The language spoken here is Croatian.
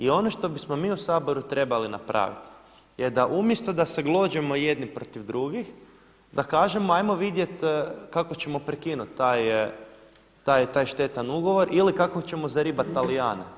I ono što bismo mi u Saboru trebali napraviti je da umjesto da se glođemo jedni protiv drugih da kažemo ajmo vidjeti kako ćemo prekinuti taj štetan ugovor ili kako ćemo zaribati Talijane.